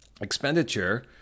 expenditure